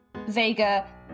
Vega